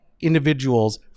individuals